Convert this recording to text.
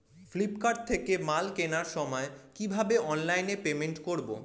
Flipkart থেকে মাল কেনার সময় কিভাবে অনলাইনে পেমেন্ট করব?